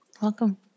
Welcome